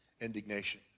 indignation